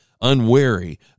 unwary